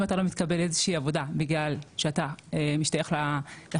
אם אתה לא מתקבל לאיזה שהיא עבודה בגלל שאתה משתייך לחברה